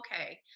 okay